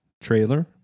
trailer